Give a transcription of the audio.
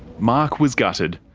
mark was gutted.